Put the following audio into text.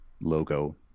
logo